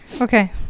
Okay